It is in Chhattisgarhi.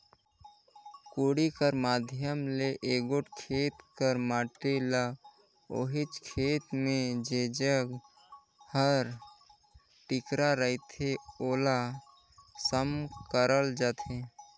कोड़ी कर माध्यम ले एगोट खेत कर माटी ल ओहिच खेत मे जेजग हर टिकरा रहथे ओला सम करल जाथे